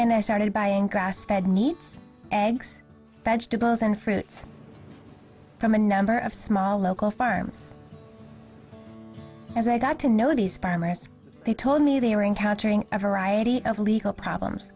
and i started buying grass fed needs eggs vegetables and fruits from a number of small local farms as i got to know these parents they told me they were encountering a variety of legal problems